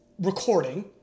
recording